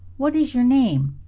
what is your name?